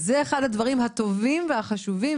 זה אחד הדברים הטובים והחשובים,